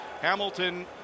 Hamilton